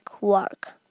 work